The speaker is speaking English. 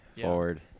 forward